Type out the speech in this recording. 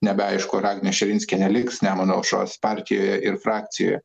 nebeaišku ar agnė širinskienė liks nemuno aušros partijoje ir frakcijoje